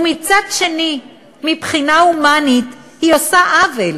ומצד שני, מבחינה הומנית היא עושה עוול.